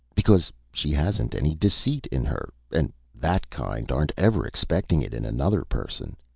because she hasn't any deceit in her, and that kind aren't ever expecting it in another person.